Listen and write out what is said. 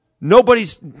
Nobody's